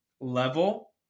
level